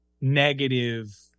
negative